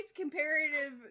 comparative